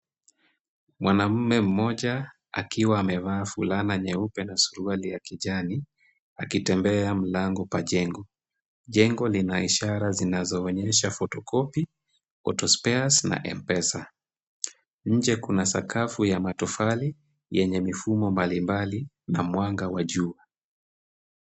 Mwanamume mmoja akiwa amevaa fulana nyeupe na suruali ya kijani akitembea mlango pa jengo. Jengo lina ishara zinazoonyesha photocopy, autospares na mpesa. Nje kuna sakafu ya matofali yenye mifumo mbalimbali na mwanga wa juu.